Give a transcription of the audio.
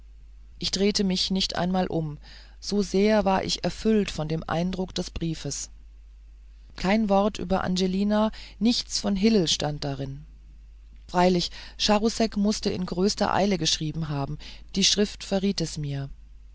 ich drehte mich nicht einmal um so sehr war ich erfüllt von dem eindruck des briefes kein wort über angelina nichts von hillel stand darin freilich charousek mußte in größter eile geschrieben haben die schrift verriet es mir